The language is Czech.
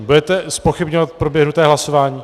Budete zpochybňovat proběhnuté hlasování?